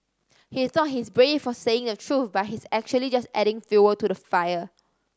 he thought he's brave for saying the truth but he's actually just adding fuel to the fire